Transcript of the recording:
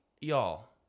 y'all